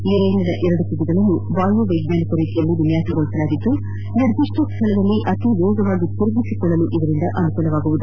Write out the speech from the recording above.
ಈ ರೈಲಿನ ಎರಡು ತುದಿಗಳನ್ನು ವಾಯು ವೈಜ್ವಾನಿಕ ರೀತಿಯಲ್ಲಿ ವಿನ್ಯಾಸಗೊಳಿಸಲಾಗಿದ್ದು ನಿರ್ದಿಷ್ಟ ಸ್ವಳದಲ್ಲಿ ಅತಿ ವೇಗವಾಗಿ ತಿರುಗಿಸಿಕೊಳ್ಳಲು ಇದರಿಂದ ಅನುಕೂಲವಾಗಲಿದೆ